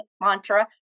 mantra